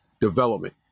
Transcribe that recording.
development